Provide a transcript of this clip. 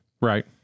Right